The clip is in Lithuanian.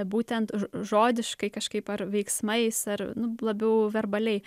būtent žodiškai kažkaip ar veiksmais ar nu labiau verbaliai